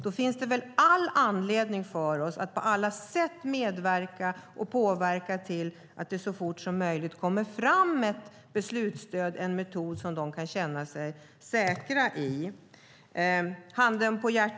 Då finns det väl anledning för oss att på alla sätt medverka till och påverka att det så fort som möjligt kommer fram ett beslutsstöd och en metod som de kan känna sig säkra med. Herr talman!